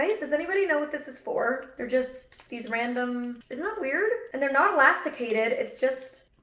right? does anybody know what this is for? they're just these random, isn't that weird? and they're not elasticated, it's just,